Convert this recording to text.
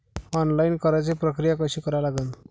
Online कराच प्रक्रिया कशी करा लागन?